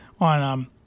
on